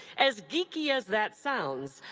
as geeky as that sounds,